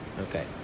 Okay